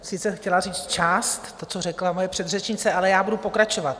Sice jsem chtěla říct část toho, co řekla moje předřečnice, ale budu pokračovat.